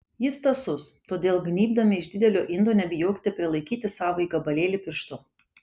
jis tąsus todėl gnybdami iš didelio indo nebijokite prilaikyti savąjį gabalėlį pirštu